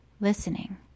listening